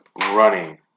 running